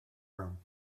room